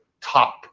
top